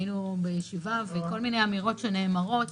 היינו בישיבה, וכל מיני אמירות שנאמרות,